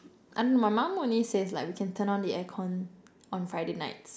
I mean my mum only says like we can turn on the aircon on Friday nights